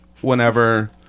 whenever